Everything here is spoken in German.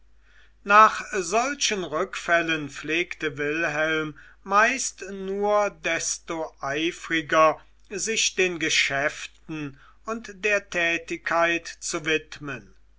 nach solchen rückfällen pflegte wilhelm meist nur desto eifriger sich den geschäften und der tätigkeit zu widmen